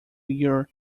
year